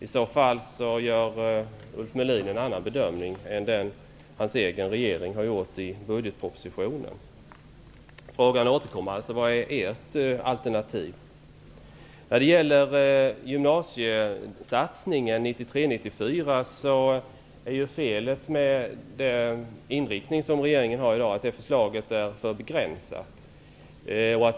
I så fall gör Ulf Melin en annan bedömning än den som hans egen regering har gjort i budgetpropositionen. Jag återkommer alltså till frågan om vad som är ert alternativ. Felet med den gymnasiesatsning för 1993/94 som regeringen gör i dag är att förslaget är för begränsat.